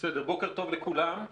שלום לכולם,